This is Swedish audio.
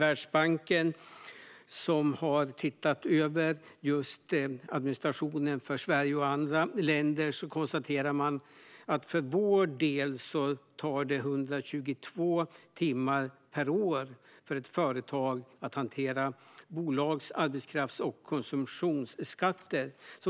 Världsbanken, som har tittat över administrationen i Sverige och andra länder, konstaterar att det för vår del tar 122 timmar per år för ett företag att hantera bolags-, arbetskrafts och konsumtionsskatter.